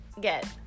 get